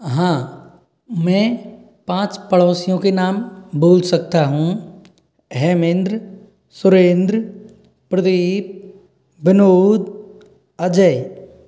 हाँ मैं पाँच पड़ोसियों के नाम बोल सकता हूँ अहमेंद्र सुरेंद्र प्रदीप बिनोद अजय